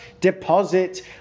deposit